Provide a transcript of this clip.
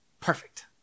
Perfect